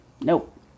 Nope